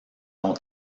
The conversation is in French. ont